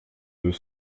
deux